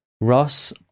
Ross